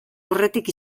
aurretik